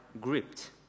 gripped